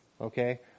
Okay